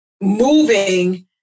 moving